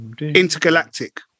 Intergalactic